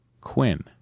Quinn